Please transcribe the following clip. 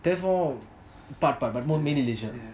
therefore part part part but more leisure